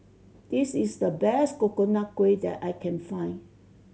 this is the best Coconut Kuih that I can find